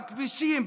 בכבישים,